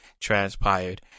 transpired